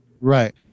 Right